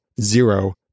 zero